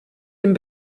dem